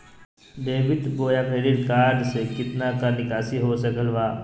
Debit बोया credit card से कितना का निकासी हो सकल बा?